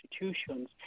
institutions